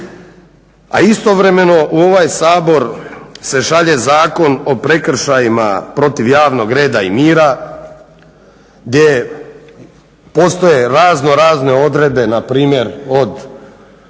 a istovremeno u ovaj Sabor se šalje Zakon o prekršajima protiv javnog reda i mira gdje postoje raznorazne odredbe npr. od